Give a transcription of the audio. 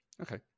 Okay